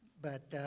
but